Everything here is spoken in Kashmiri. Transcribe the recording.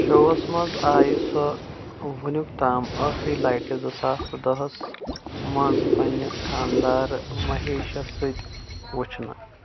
شووس منٛز آیہِ سۄ وُنیُک تام ٲخری لٹہِ زٕ ساس تہٕ دہس منٛز پننِس خانٛدار مہیشَس سۭتۍ وٕچھنہٕ